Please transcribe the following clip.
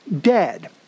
dead